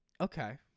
Okay